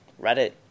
Reddit